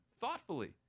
thoughtfully